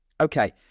okay